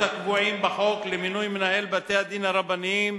הקבועים בחוק למינוי מנהל בתי-הדין הרבניים,